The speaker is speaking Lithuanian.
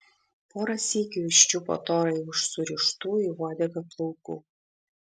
porą sykių jis čiupo torai už surištų į uodegą plaukų